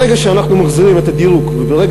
ברגע שאנחנו מחזירים את הדירוג וברגע